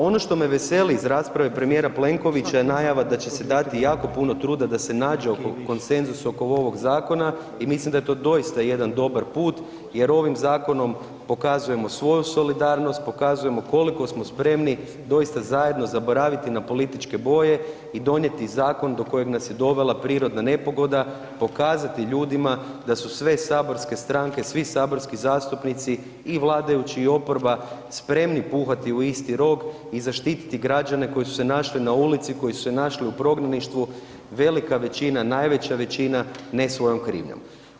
Ono što me veseli iz rasprava premijera Plenkovića je najava da će se dati jako puno truda da se nađe konsenzus oko ovog zakona i mislim da je to doista jedan dobar put jer ovim zakonom pokazujemo svoju solidarnost, pokazujemo koliko smo spremni doista zajedno zaboraviti na političke boje i donijeti zakon do kojeg nas je dovela prirodna nepogoda, pokazati ljudima da su sve saborske stranke, svi saborski zastupnici, i vladajući i oporba, spremni puhati u isti rog i zaštiti građane koji su se našli na ulici, koji su se našli u prognaništvu, velika većina, najveća većina ne svojom krivnjom.